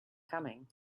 coming